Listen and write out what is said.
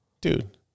dude